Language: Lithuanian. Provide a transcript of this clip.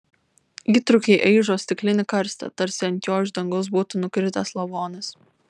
įtrūkiai aižo stiklinį karstą tarsi ant jo iš dangaus būtų nukritęs lavonas